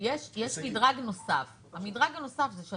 עבור אתר ההיאחזות הישנה בעין גדי, להנגיש אותה